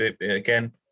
again